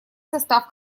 состав